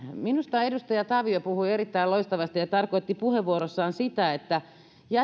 minusta edustaja tavio puhui erittäin loistavasti ja tarkoitti puheenvuorossaan sitä että